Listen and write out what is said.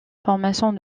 formation